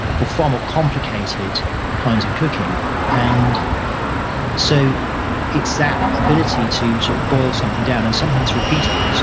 for far more complicated kinds of cooking and so it's that ability to to boil something down and something that's repeatable. see,